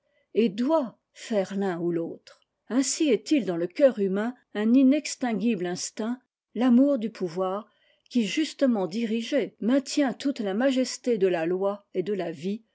et doit faire l'un ou l'autre ainsi est-il dans le cœur humain un inextinguible instinct l'amourdu pouvoir qui justement dirigé maintient toute la majesté de la loi et de la vie